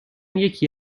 یکی